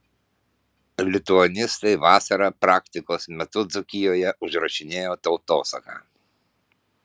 lituanistai vasarą praktikos metu dzūkijoje užrašinėjo tautosaką